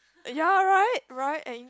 ya right right and